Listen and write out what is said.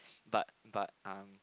but but um